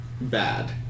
bad